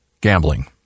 gambling